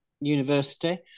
university